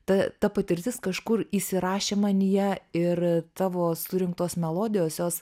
ta ta patirtis kažkur įsirašė manyje ir tavo surinktos melodijos jos